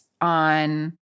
on